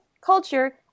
culture